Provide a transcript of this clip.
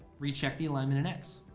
recheck the alignment in x.